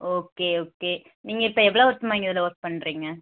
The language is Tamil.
ஓகே ஓகே நீங்கள் இப்போ எவ்வளோ வருஷமாக நீங்கள் இதில் ஒர்க் பண்ணுறிங்க